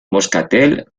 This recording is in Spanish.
moscatel